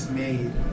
made